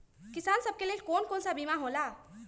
किसान सब के लेल कौन कौन सा बीमा होला?